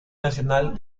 nacional